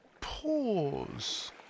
pause